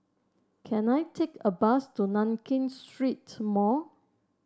can I take a bus to Nankin Street Mall